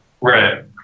Right